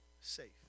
safe